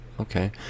Okay